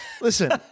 Listen